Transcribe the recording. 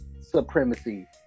supremacy